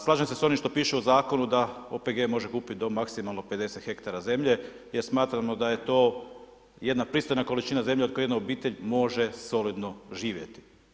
Slažem se s onim što piše u zakonu da OPG može kupiti do maksimalno 50 hektara zemlje jer smatramo da je to jedna pristojna količina zemlje od koje jedna obitelj može solidno živjeti.